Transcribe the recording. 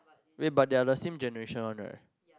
wait but they are the same generation one right